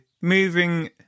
moving